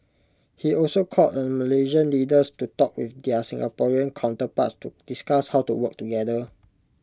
he also called on Malaysian leaders to talk with their Singaporean counterparts to discuss how to work together